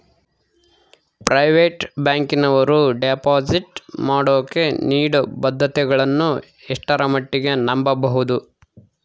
Private ಬ್ಯಾಂಕಿನವರು deposit ಮಾಡೋಕೆ ನೇಡೋ ಭದ್ರತೆಗಳನ್ನು ಎಷ್ಟರ ಮಟ್ಟಿಗೆ ನಂಬಬಹುದು?